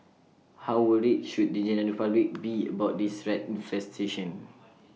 how worried should the general public be about this rat infestation